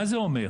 מה זה אומר?